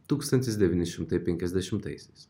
tūkstantis devyni šimtai penkiasdešimtaisiais